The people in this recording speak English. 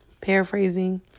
paraphrasing